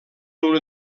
una